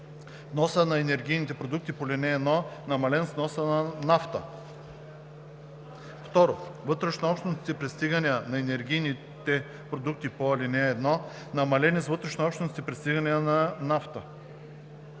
вноса на енергийните продукти по ал. 1, намален с вноса на нафта; 2. вътрешнообщностните пристигания на енергийните продукти по ал. 1, намалени с вътрешнообщностните пристигания на нафта;